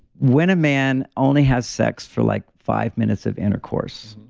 when a man only has sex for like five minutes of intercourse,